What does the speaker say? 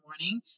morning